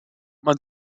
man